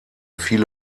viele